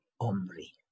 Omri